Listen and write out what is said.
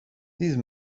these